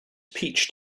peach